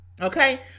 Okay